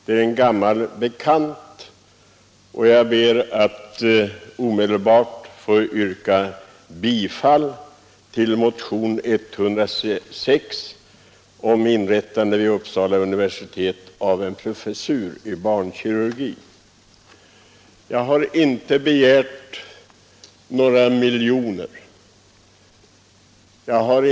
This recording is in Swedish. Det är en gammal fråga, och jag ber att omedelbart få yrka bifall till motionen 106 om inrättande vid Uppsala universitet av en professur i barnkirurgi. Jag har inte begärt några miljoner i den motionen.